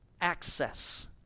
access